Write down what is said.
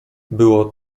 było